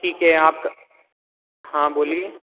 ठीक है आप हाँ बोलिए